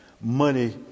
money